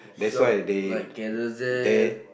shop like Carousell